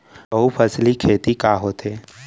बहुफसली खेती का होथे?